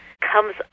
comes